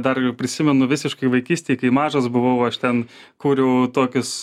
dar prisimenu visiškai vaikystėj kai mažas buvau aš ten kūriau tokius